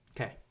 Okay